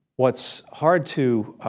what's hard to